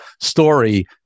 story